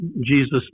Jesus